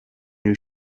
new